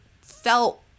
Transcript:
felt